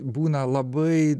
būna labai